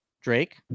Drake